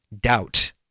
doubt